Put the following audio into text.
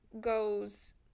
goes